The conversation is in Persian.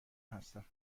هستم